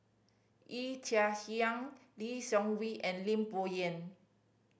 Yee Chia Hsing Lee Seng Wee and Lim Bo Yam